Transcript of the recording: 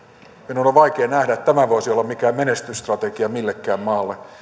minun on on vaikea nähdä että tämä voisi olla mikään menestysstrategia millekään maalle